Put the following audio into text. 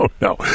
No